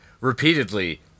repeatedly